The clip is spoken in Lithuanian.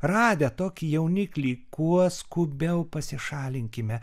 radę tokį jauniklį kuo skubiau pasišalinkime